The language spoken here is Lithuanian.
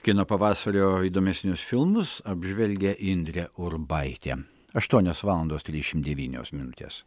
kino pavasario įdomesnius filmus apžvelgė indrė urbaitė aštuonios valandos trisdešim devynios minutės